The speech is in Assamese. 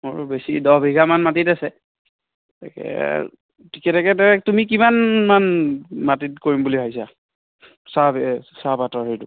মোৰ বেছি দহ বিঘামান মাটিত আছে তাকে ঠিকে ঠাকে তে তুমি কিমানমান মাটিত কৰিম বুলি ভাবিছা চাহ এই চাহপাতৰ হেৰিটো